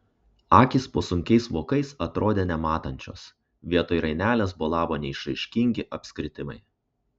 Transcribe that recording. akys po sunkiais vokais atrodė nematančios vietoj rainelės bolavo neišraiškingi apskritimai